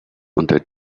unter